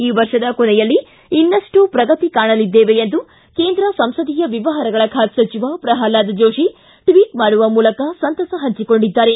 ಈ ವರ್ಷದ ಕೊನೆಯಲ್ಲಿ ಇನ್ನಷ್ಟು ಪ್ರಗತಿ ಕಾಣಲಿದ್ದೇವೆ ಎಂದು ಕೇಂದ್ರ ಸಂಸದೀಯ ವ್ದವಹಾರಗಳ ಖಾತೆ ಸಚಿವ ಪ್ರಲ್ವಾದ ಜೋತಿ ಟ್ವಿಟ್ ಮಾಡುವ ಮೂಲಕ ಸಂತಸ ಹಂಚಿಕೊಂಡಿದ್ದಾರೆ